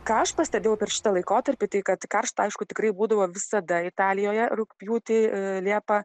ką aš pastebėjau per šitą laikotarpį tai kad karšta aišku tikrai būdavo visada italijoje rugpjūtį liepą